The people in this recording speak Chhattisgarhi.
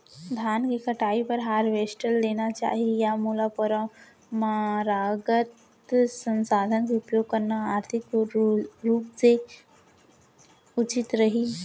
धान के कटाई बर हारवेस्टर लेना चाही या मोला परम्परागत संसाधन के उपयोग करना आर्थिक रूप से उचित रही?